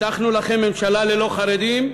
הבטחנו לכם ממשלה ללא חרדים,